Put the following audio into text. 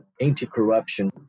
anti-corruption